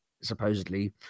supposedly